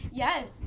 Yes